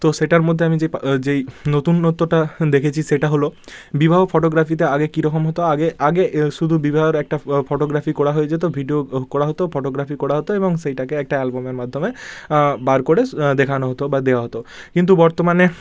তো সেটার মধ্যে আমি যেই পা যেই নতুনত্বটা দেখেছি সেটা হলো বিবাহ ফটোগ্রাফিতে আগে কীরকম হতো আগে আগে এ শুধু বিবাহের একটা ফটোগ্রাফি করা হয়ে যেত ভিডিও করা হতো ফটোগ্রাফি করা হতো এবং সেইটাকে একটা অ্যালবামের মাধ্যমে বার করে দেখানো হতো বা দেওয়া হতো কিন্তু বর্তমানে